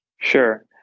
Sure